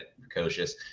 precocious